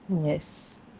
Yes